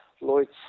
Lloyd's